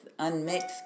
unmixed